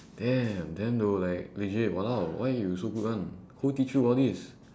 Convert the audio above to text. damn damn though like legit !walao! why you so good [one] who teach you all these